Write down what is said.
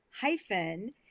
hyphen